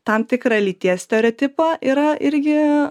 tam tikrą lyties stereotipą yra irgi